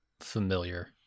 familiar